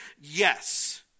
Yes